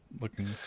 Looking